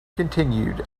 continued